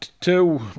two